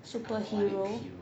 superhero